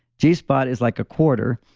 g spot is like a quarter.